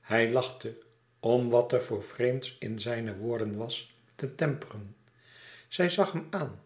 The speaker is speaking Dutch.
hij lachte om wat er voor vreemds in zijne woorden was te temperen zij zag hem aan